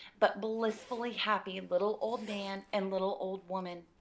but blissfully happy, little old man and little old woman.